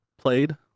played